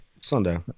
Sunday